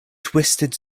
twisted